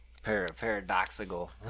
Paradoxical